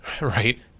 right